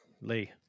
Lee